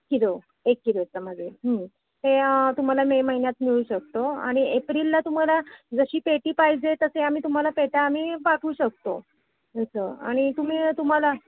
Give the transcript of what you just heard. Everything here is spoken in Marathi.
किलो एक किलोच्यामध्ये ते तुम्हाला मे महिन्यात मिळू शकतो आणि एप्रिलला तुम्हाला जशी पेटी पाहिजे तसे आम्ही तुम्हाला पेट्या आम्ही पाठवू शकतो असं आणि तुम्ही तुम्हाला